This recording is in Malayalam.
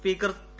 speaker P